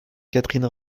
catherine